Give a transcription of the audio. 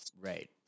right